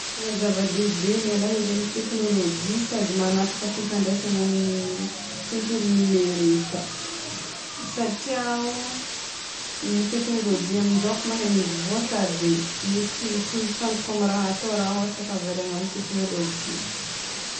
Tegna zava-dehibe miala hely amin'ny teknolojia sady magnapaka fifandraisana amin'ny tontolo nomerika satria ny teknolojia amin'izao efa mihamivoatra be. Misy tsy hifantoka amin'ny raha atao raha ôhatra ka variana amin'ny teknolojia.